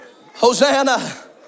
Hosanna